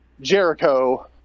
Jericho